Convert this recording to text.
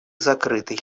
закрытой